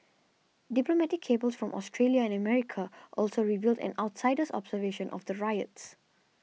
diplomatic cables from Australia and America also revealed an outsider's observation of the riots